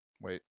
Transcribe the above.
wait